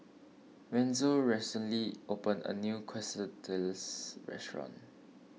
Wenzel recently opened a new Quesadillas restaurant